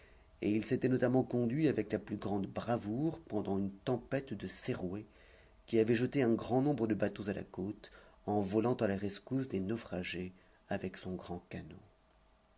et il s'était notamment conduit avec la plus grande bravoure pendant une tempête de serouet qui avait jeté un grand nombre de bateaux à la côte en volant à la rescousse des naufragés avec son grand